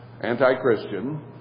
anti-Christian